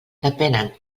depenen